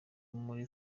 muri